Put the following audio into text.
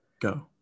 go